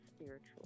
spiritual